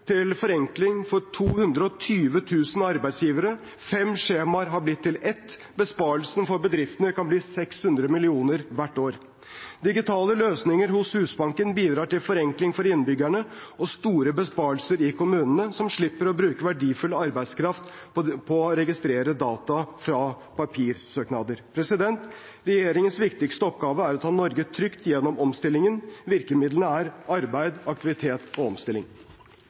til forenkling for 220 000 arbeidsgivere. Fem skjemaer har blitt til ett. Besparelsen for bedriftene kan bli 600 mill. kr hvert år. Digitale løsninger hos Husbanken bidrar til forenkling for innbyggerne og store besparelser i kommunene, som slipper å bruke verdifull arbeidskraft på å registrere data fra papirsøknader. Regjeringens viktigste oppgave er å ta Norge trygt gjennom omstillingen. Virkemidlene er arbeid, aktivitet og omstilling.